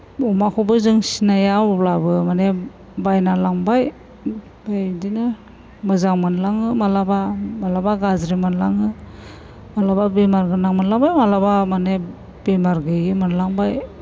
अमाखौबो जों सिनाया अब्लाबो माने बायना लांबाय ओमफ्राय बेदिनो मोजां मोनलाङो माब्लाबा माब्लाबा गाज्रि मोनलाङो माब्लाबा बेमारगोनां माब्लाबा माब्लाबा माने बेमार गैयि मोनलांबाय